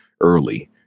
early